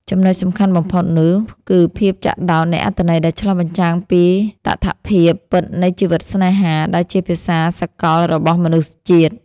ចំណុចសំខាន់បំផុតនោះ គឺភាពចាក់ដោតនៃអត្ថន័យដែលឆ្លុះបញ្ចាំងពីតថភាពពិតនៃជីវិតស្នេហា ដែលជាភាសាសកលរបស់មនុស្សជាតិ។